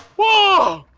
whoa!